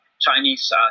Chinese